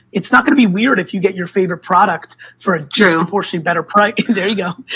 it's not going to be weird if you get your favorite product for a just proportionally better price. there you go.